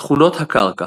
תכונות הקרקע